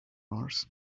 mars